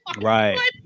right